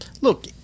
look